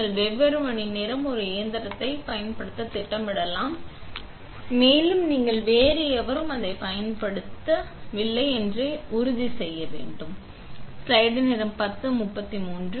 நீங்கள் வெவ்வேறு மணி நேரம் ஒரு இயந்திரத்தை பயன்படுத்த திட்டமிடலாம் மேலும் நீங்கள் வேறு எவரும் அதை பயன்படுத்தி இல்லை என்பதை உறுதி செய்ய இதை சரிபார்க்க வேண்டும்